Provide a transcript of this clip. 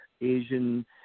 Asian